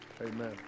Amen